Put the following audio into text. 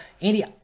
Andy